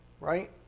right